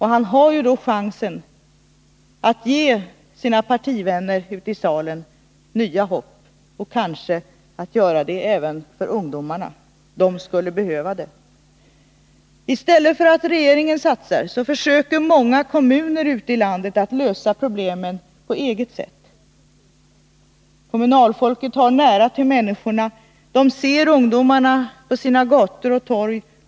Han har då chansen att ge sina partivänner nytt hopp, kanske även ungdomarna — de skulle behöva det. Istället för att regeringen satsar försöker många kommuner ute i landet att lösa problemen med egna medel. Kommunalfolket har nära till människorna. De ser ungdomarna på sina gator och torg.